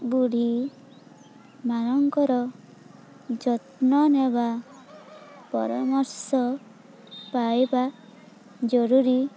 ବୁଢ଼ି ମାନଙ୍କର ଯତ୍ନ ନେବା ପରାମର୍ଶ ପାଇବା ଜରୁରୀ